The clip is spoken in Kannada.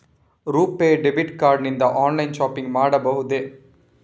ರುಪೇ ಡೆಬಿಟ್ ಕಾರ್ಡ್ ನಿಂದ ಆನ್ಲೈನ್ ಶಾಪಿಂಗ್ ಮಾಡಬಹುದೇ?